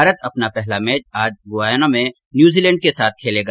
भारत अपना पहला मैच आज गयाना में न्यूजीलैंड के साथ खेलेगा